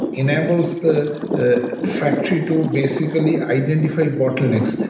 enables the the factory to basically identify bottlenecks.